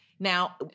Now